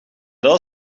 dat